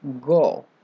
go